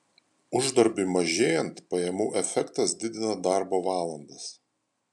uždarbiui mažėjant pajamų efektas didina darbo valandas